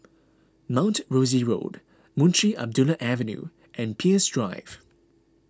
Mount Rosie Road Munshi Abdullah Avenue and Peirce Drive